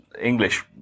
English